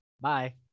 Bye